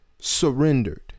surrendered